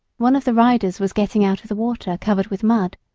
one of the riders was getting out of the water covered with mud,